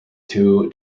two